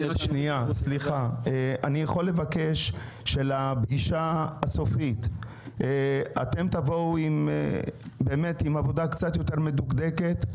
אני מבקש שלפגישה הסופית תבואו עם עבודה קצת יותר מדוקדקת.